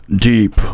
deep